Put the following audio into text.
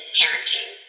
parenting